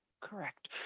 Correct